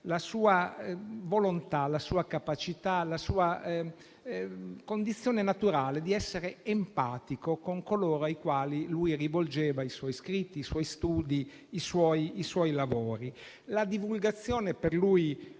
la sua volontà, la sua capacità, la sua condizione naturale di essere empatico con coloro ai quali lui rivolgeva i suoi scritti, i suoi studi, i suoi lavori. La divulgazione per lui